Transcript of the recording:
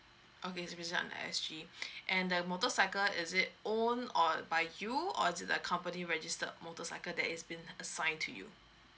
okay it's business on S_G and the motorcycle is it owned or by you or is it a company registered motorcycle that is been assigned to you